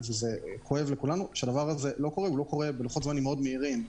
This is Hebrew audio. זה לא קורה בלוחות זמנים מאוד מהירים.